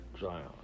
Zion